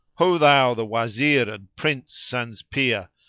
ho thou the wazir and prince sans-peer!